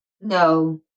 No